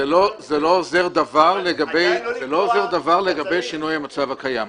זה לא עוזר דבר לגבי שינוי המצב הקיים.